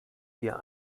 wir